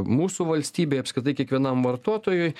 mūsų valstybei apskritai kiekvienam vartotojui